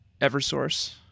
EverSource